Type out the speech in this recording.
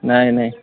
ନାଇଁ ନାଇଁ